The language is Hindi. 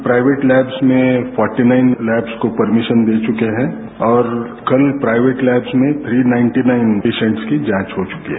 प्राइवेट लैब्स में फोरटी नाइन लैब्स को परमीशन दे चुके हैं और कल प्राइवेट लैब्स में थ्री नाइंटी नाइन पेशंट की जांच हो चुकी है